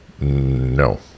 no